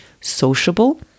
sociable